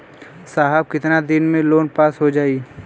साहब कितना दिन में लोन पास हो जाई?